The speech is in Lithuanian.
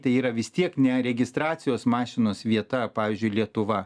tai yra vis tiek ne registracijos mašinos vieta pavyzdžiui lietuva